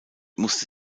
musste